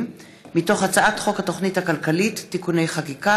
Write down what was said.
מיכאל מלכיאלי, מרדכי יוגב, יהודה גליק,